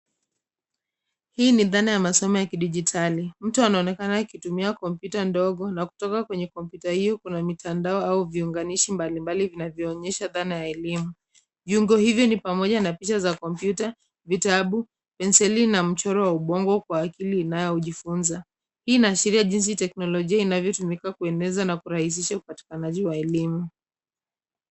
Hii ni dhana ya masomo ya kidijitali. Mtu anaonekana akitumia kompyuta ndogo na kutoka kwenye kompyuta hio kuna mitandao au viunganishi mbali mbali vinavyoonyesha dhana ya elimu. Viungo hivi ni pamoja na picha za kompyuta, vitabu, penseli na mchoro wa ubongo wa akili inayojifunza. Hii inaashiria jinsi teknolojia inayotumika kueneza na kurahisisha upatikanaji wa elimu.